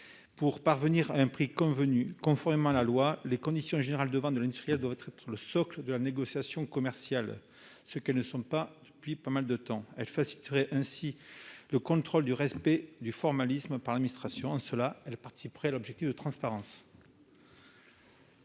pour parvenir au prix convenu. Conformément à la loi, les conditions générales de vente de l'industriel doivent être le socle de la négociation commerciale, ce qu'elles ne sont plus depuis longtemps. Elle faciliterait ainsi également les contrôles du respect du formalisme par l'administration. En cela, elle participerait à l'objectif de transparence.